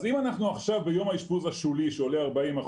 אז אם אנחנו עכשיו ביום האשפוז השולי שעולה 40%,